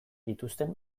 dituzten